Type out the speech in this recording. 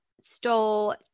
stole